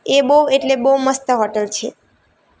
એ બહુ એટલે બઉ મસ્ત હોટલ છે